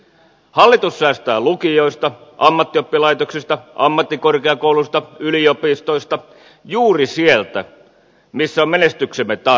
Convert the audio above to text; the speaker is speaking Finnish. hallitus säästää lukioista ammattioppilaitoksista ammattikorkeakouluista yliopistoista juuri sieltä missä on menestyksemme tae